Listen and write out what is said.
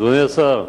אדוני השר,